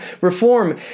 reform